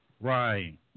Right